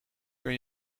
kan